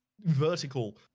vertical